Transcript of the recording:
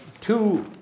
Two